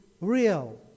real